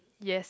yes